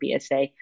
PSA